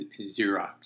Xerox